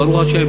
ברוך השם,